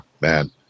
man